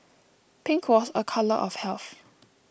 pink was a colour of health